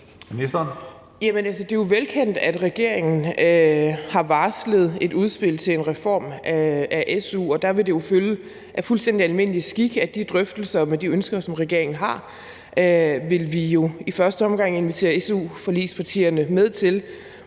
Det er jo velkendt, at regeringen har varslet et udspil til en reform af su, og der vil det af fuldstændig almindelig skik følge, at de drøftelser af de ønsker, som regeringen har, vil vi i første omgang invitere su-forligspartierne med til.